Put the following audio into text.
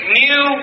new